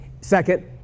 second